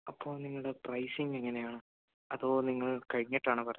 അപ്പോള് നിങ്ങളുടെ പ്രൈസിങ്ങ് എങ്ങനെയാണ് അതോ നിങ്ങൾ കഴിഞ്ഞിട്ടാണോ പറയുക